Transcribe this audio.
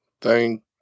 Thank